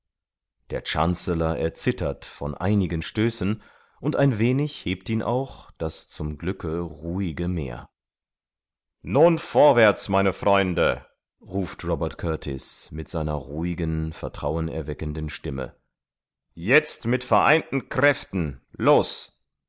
der chancellor erzittert von einigen stößen und ein wenig hebt ihn auch das zum glücke ruhige meer nun vorwärts meine freunde ruft robert kurtis mit seiner ruhigen vertrauen erweckenden stimme jetzt mit vereinten kräften los